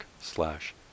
slash